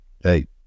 Hey